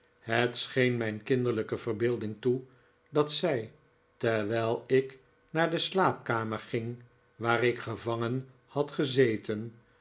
het scheen mijn kinderlijke verbeelding toe dat zij terwijl ik naar de slaapkamer ging waar ik gevangen had gezeten